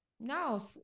No